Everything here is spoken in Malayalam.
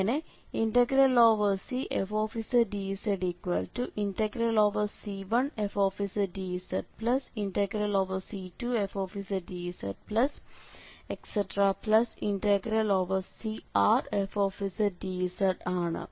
അങ്ങനെ CfzdzC1fzdzC2fzdzCrfzdz2πik1rReszzkf ആണ്